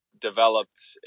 developed